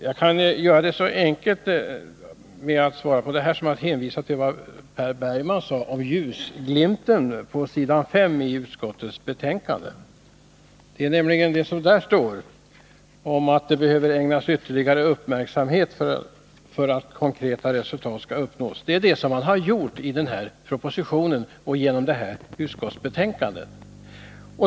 Jag kan svara så enkelt som att hänvisa till vad Per Bergman sade om ljusglimten på s. 5icivilutskottets betänkande. Där står det att ”beredningen av frågor som bör samordnas inom det gemensamma bostadsoch skattepolitiska fältet på flera håll behöver ägnas ytterligare uppmärksamhet för att konkreta resultat skall kunna uppnås”. Det är detta som man har gjort i propositionen och i utskottsbetänkandet.